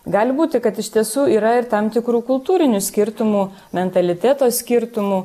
gali būti kad iš tiesų yra ir tam tikrų kultūrinių skirtumų mentaliteto skirtumų